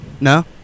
no